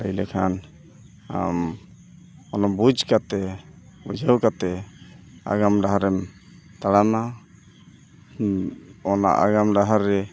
ᱞᱟᱹᱭ ᱞᱮᱠᱷᱟᱱ ᱟᱢ ᱚᱱᱟ ᱵᱩᱡᱽ ᱠᱟᱛᱮᱫ ᱵᱩᱡᱷᱟᱹᱣ ᱠᱟᱛᱮᱫ ᱟᱜᱟᱢ ᱰᱟᱦᱟᱨᱮᱢ ᱛᱟᱲᱟᱢᱟ ᱚᱱᱟ ᱟᱜᱟᱢ ᱰᱟᱦᱟᱨ ᱨᱮ